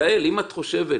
יעל, אם את חושבת